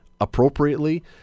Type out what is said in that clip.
appropriately